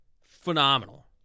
phenomenal